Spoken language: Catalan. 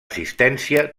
assistència